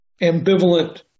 ambivalent